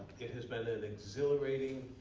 it has been an exhilarating,